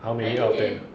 how many of them